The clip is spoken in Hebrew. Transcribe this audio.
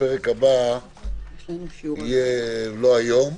בפרק הבא לא נדון היום.